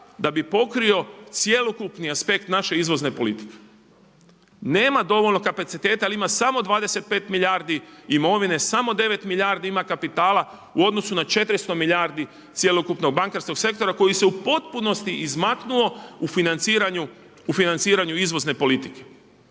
da bi pokrio cjelokupni aspekt naše izvozne politike, nema dovoljno kapaciteta jel ima samo 25 milijardi imovine, samo 9 milijardi ima kapitala u odnosu na 400 milijardi cjelokupnog bankarskog sektora koji se u potpunosti izmaknuo u financiranju izvozne politike.